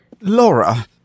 Laura